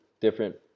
different